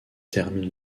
termine